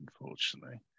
unfortunately